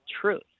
truth